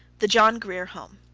the john grier home,